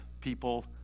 people